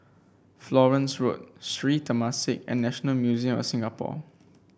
Florence Road Sri Temasek and National Museum of Singapore